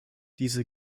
diese